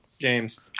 James